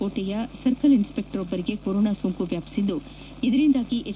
ಕೋಟೆಯ circle inspector ಒಬ್ಬರಿಗೆ corona ಸೋಂಕು ವ್ಯಾಪಿಸಿದ್ದು ಇದರಿಂದಾಗಿ ಎಚ್